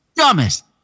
Dumbest